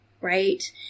right